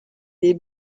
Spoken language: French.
des